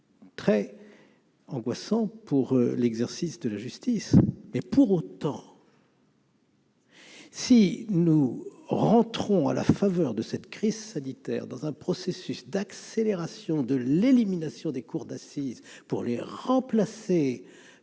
très angoissants pour l'exercice de la justice. Pour autant, si nous entrons, à la faveur de la crise sanitaire, dans un processus d'accélération de l'élimination des cours d'assises, pour les remplacer